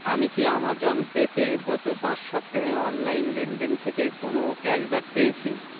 আমি কি আমাজন পেতে গত পাঁচ সপ্তাহে অনলাইন লেনদেন থেকে কোনো ক্যাশব্যাক পেয়েছি